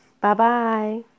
Bye-bye